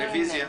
רביזיה.